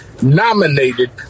Nominated